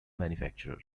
manufacturer